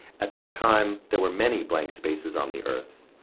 at that time, there were many blank spaces on the earth,